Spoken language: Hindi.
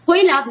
कोई लाभ नहीं